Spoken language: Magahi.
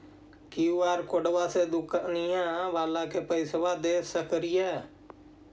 कियु.आर कोडबा से दुकनिया बाला के पैसा दे सक्रिय?